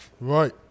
Right